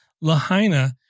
Lahaina